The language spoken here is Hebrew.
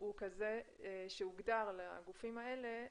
הוא כזה שהוגדר לגופים האלה,